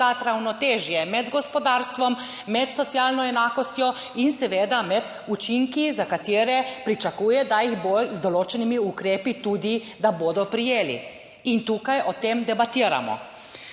ravnotežje med gospodarstvom, med socialno enakostjo in seveda med učinki za katere pričakuje, da jih bo z določenimi ukrepi tudi, da bodo prijeli in tukaj o tem debatiramo.